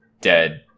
dead